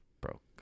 broke